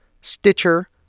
Stitcher